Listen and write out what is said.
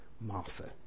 Martha